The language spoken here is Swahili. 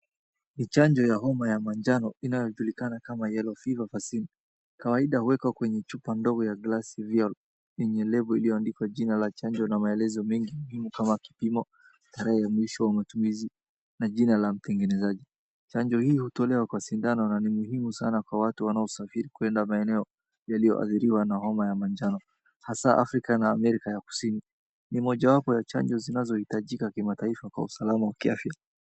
Ni chanjo ya homa ya majano inayojulikana kama yellow fever fasini, kawaida huwekwa kwenye chupa ndogo ya glasi yenye label iliyoandikwa jina ya chanjo na maelezo mengi muhimu kama kipimo, tarehe ya mwisho ya matumizi na jina la mtengenezaji. Chanjo hii hutolewa kwa sindano na ni muhimu sana Kwa watu wanaosafiri kuenda maeneo yaliyoadhiriwa na homa ya majano, hasa Afrika na America ya kusini. Ni mojayapo ya chanjo zinazohitajika kimataifa kwa usalama wa kiafya.